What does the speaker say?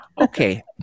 Okay